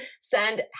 send